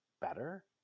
better